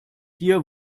hier